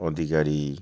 অধিকারী